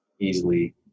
easily